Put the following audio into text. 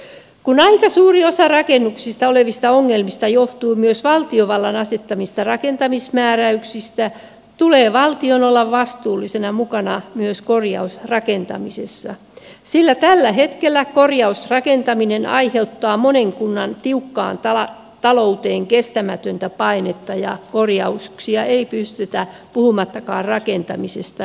kun aika suuri osa rakennuksissa olevista ongelmista johtuu myös valtiovallan asettamista rakentamismääräyksistä tulee valtion olla vastuullisena mukana myös korjausrakentamisessa sillä tällä hetkellä korjausrakentaminen aiheuttaa monen kunnan tiukkaan talouteen kestämätöntä painetta ja korjauksia ei pystytä tekemään puhumattakaan rakentamisesta